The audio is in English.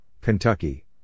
Kentucky